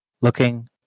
looking